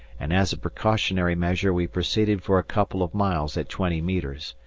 and as a precautionary measure we proceeded for a couple of miles at twenty metres,